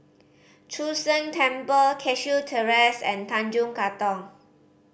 Chu Sheng Temple Cashew Terrace and Tanjong Katong